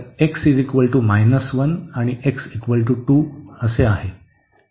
तर x 1 आणि x 2 आहे